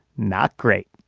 not great